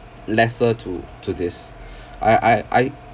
lesser to to this I I I